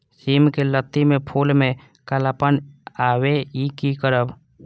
सिम के लत्ती में फुल में कालापन आवे इ कि करब?